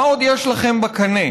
מה עוד יש לכם בקנה?